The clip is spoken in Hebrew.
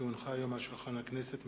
כי הונחה היום על שולחן הכנסת,